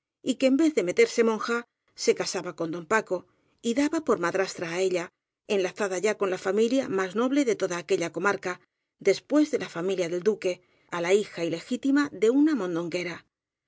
y que en vez de meterse monja se casaba con don paco y daba por madrastra á ella enlazada ya con la familia más no ble de toda aquella comarca después de la familia del duque á la hija ilegítima de una mondonguera doña